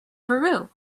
peru